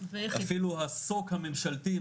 אפילו הסוק הממשלתי,